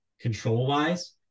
control-wise